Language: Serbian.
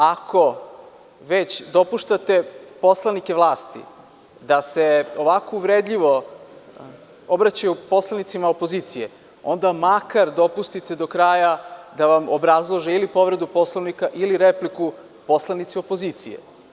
Ako već dopuštate poslanicima vlasti, da se ovako uvredljivo obraćaju poslanicima opozicije, onda makar dopustite do kraja da vam obrazloži ili povredu Poslovnika, ili repliku poslanici opozicije.